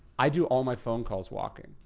i do all my phone calls walking.